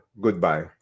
goodbye